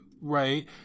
Right